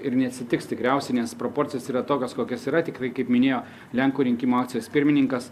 ir neatsitiks tikriausiai nes proporcijos yra tokios kokios yra tikrai kaip minėjo lenkų rinkimų akcijos pirmininkas